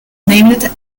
named